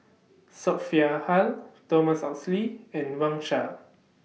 Sophia Hull Thomas Oxley and Wang Sha